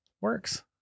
works